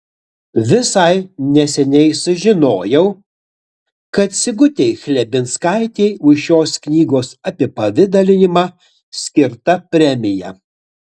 visai neseniai sužinojau kad sigutei chlebinskaitei už šios knygos apipavidalinimą skirta premija